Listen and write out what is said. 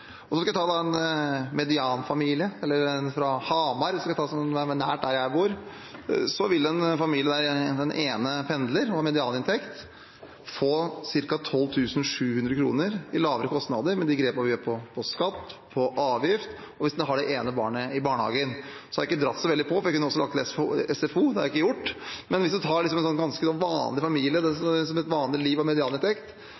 og Venstre de siste åtte årene. En medianfamilie – jeg kan ta en fra Hamar, som er nær der jeg bor – med medianinntekt og der den ene pendler, vil få ca. 12 700 kr lavere kostnader med de grepene vi gjør på skatt og avgift, hvis man har det ene barnet i barnehage. Da har jeg ikke dratt på så veldig, for jeg kunne også lagt til SFO, det har jeg ikke gjort. Men hvis man tar en ganske vanlig familie,